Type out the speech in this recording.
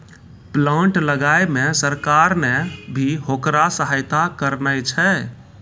plant लगाय मॅ सरकार नॅ भी होकरा सहायता करनॅ छै